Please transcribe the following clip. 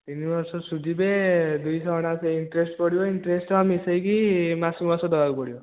ତିନିବର୍ଷ ସୁଝିବେ ଦୁଇଶହ ଅଣାଅଶି ଇଣ୍ଟ୍ରେଷ୍ଟ ପଡ଼ିବ ଇଣ୍ଟ୍ରେଷ୍ଟ ଟଙ୍କା ମିଶାଇକି ମାସକୁ ମାସ ଦେବାକୁ ପଡ଼ିବ